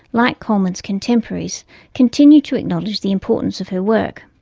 like coleman's contemporaries continue to acknowledge the importance of her work.